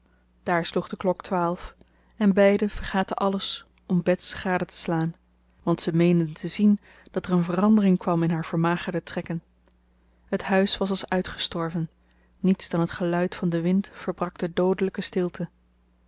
daar sloeg de klok twaalf en beiden vergaten alles om bets gade te slaan want ze meenden te zien dat er een verandering kwam in haar vermagerde trekken het huis was als uitgestorven niets dan het geluid van den wind verbrak de doodelijke stilte